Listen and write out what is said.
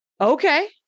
Okay